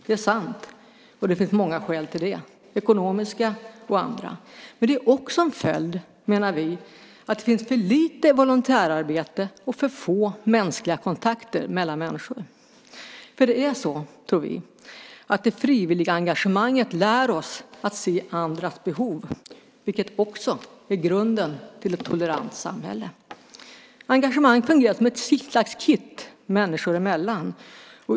Det är sant, och det finns många skäl till det, ekonomiska och andra. Men det är också en följd, menar vi, av att det är för lite volontärarbete och för få mänskliga kontakter mellan människor. Vi tror att det frivilliga engagemanget lär oss att se andras behov, vilket också är grunden till ett tolerant samhälle. Engagemang fungerar som ett slags kitt människor emellan.